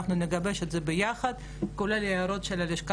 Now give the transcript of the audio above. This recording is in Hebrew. אנחנו נגבש את זה ביחד כולל הערות של הלשכה